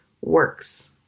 works